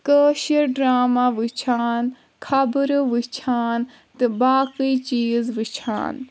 کٲشِر drama وٕچھان خَبرٕ وٕچھان تہٕ باقےٕ چیٖز وٕچھان